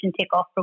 takeoff